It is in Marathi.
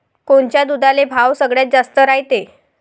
कोनच्या दुधाले भाव सगळ्यात जास्त रायते?